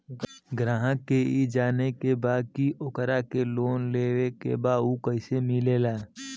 ग्राहक के ई जाने के बा की ओकरा के लोन लेवे के बा ऊ कैसे मिलेला?